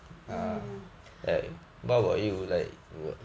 mm